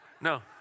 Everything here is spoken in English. no